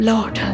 Lord